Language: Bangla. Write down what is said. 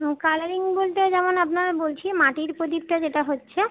হুম কালারিং বলতে যেমন আপনার বলছি মাটির পোদীপটা যেটা হচ্ছে